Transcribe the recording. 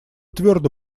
твердо